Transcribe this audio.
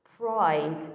Pride